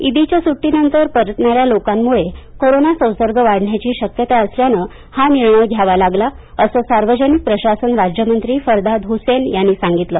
इदीच्या सुट्टी नंतर परतणाऱ्या लोकांमुळे करोना संसर्ग वाढण्याची शक्यता असल्यामुळे हा निर्णय घ्यावा लागला असं सार्वजनिक प्रशासन राज्यमंत्री फरहाद हुसेन यांनी सांगितलं